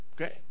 okay